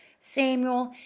samuel,